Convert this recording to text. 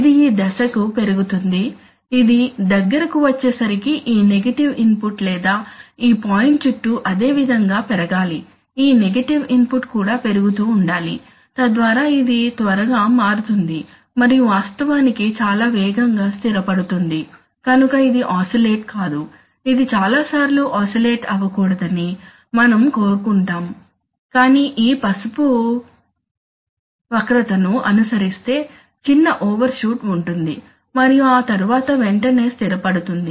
ఇది ఈ దశకు పెరుగుతుంది ఇది దగ్గరకు వచ్చేసరికి ఈ నెగటివ్ ఇన్పుట్ లేదా ఈ పాయింట్ చుట్టూ అదే విధంగా పెరగాలి ఈ నెగటివ్ ఇన్పుట్ కూడా పెరుగుతూ ఉండాలి తద్వారా ఇది త్వరగా మారుతుంది మరియు వాస్తవానికి చాలా వేగంగా స్థిరపడుతుంది కనుక ఇది ఆసిలేట్ కాదు ఇది చాలాసార్లు ఆసిలేట్ అవకూడదని మనం కోరుకుంటాము కానీ ఈ పసుపు వక్రత ను అనుసరిస్తే చిన్న ఓవర్షూట్ ఉంటుంది మరియు ఆతరువాత వెంటనే స్థిరపడుతుంది